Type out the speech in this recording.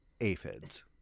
Aphids